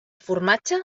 formatge